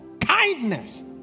kindness